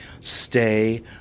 stay